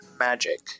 Magic